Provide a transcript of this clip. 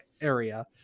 area